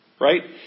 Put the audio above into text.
right